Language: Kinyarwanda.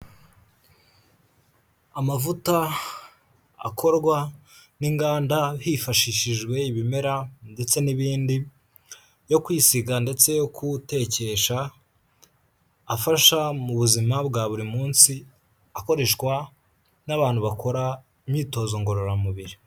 Amavuta akorwa n'inganda hifashishijwe ibimera ndetse n'ibindi yo kwisiga ndetse no gutekesha afasha mu buzima bwa buri munsi, akoreshwa n'abantu bakora imyitozo ngororamubiri.